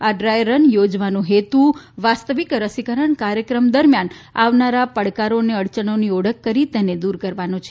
આ dry run યોજવાનો હેતુ વાસ્તવિક રસીકરણ કાર્યક્રમ દરમિયાન આવનારા પડકારો અને અડચણોની ઓળખ કરી તેને કરવાનો છે